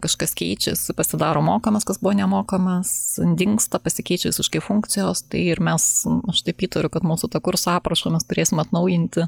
kažkas keičiasi pasidaro mokamas kas buvo nemokamas dingsta pasikeičia visiškai funkcijos tai ir mes aš taip įtariu kad mūsų kurso aprašą mes turėsim atnaujinti